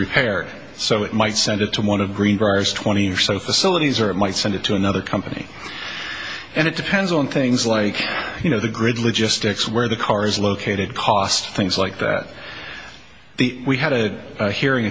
repaired so it might send it to one of green cars twenty or so facilities or it might send it to another company and it depends on things like you know the grid logistics where the car is located cost things like that the we had a hearing